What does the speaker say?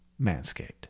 manscaped